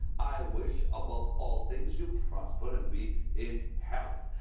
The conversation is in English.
i wish above all things you prosper and be in health.